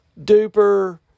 duper